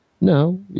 no